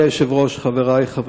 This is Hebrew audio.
אשר יצא בשליחות הכנסת למועצת אירופה,